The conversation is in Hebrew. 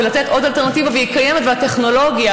לתת עוד אלטרנטיבה, והיא קיימת, הטכנולוגיה.